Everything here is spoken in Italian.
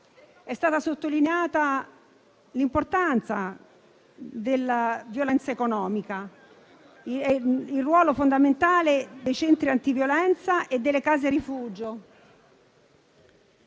stati sottolineati l'importanza della violenza economica, il ruolo fondamentale dei centri antiviolenza e delle case rifugio